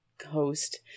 host